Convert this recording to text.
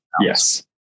yes